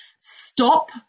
stop